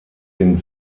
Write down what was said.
den